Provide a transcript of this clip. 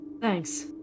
Thanks